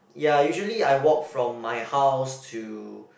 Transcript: ya usually I walk from my house to